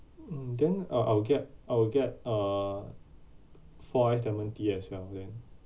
mm then uh I will get I will get uh four iced lemon tea as well then